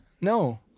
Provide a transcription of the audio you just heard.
No